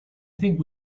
think